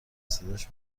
صداش